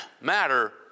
matter